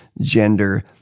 gender